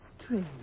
strange